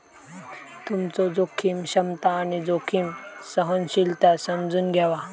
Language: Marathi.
तुमचो जोखीम क्षमता आणि जोखीम सहनशीलता समजून घ्यावा